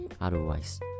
Otherwise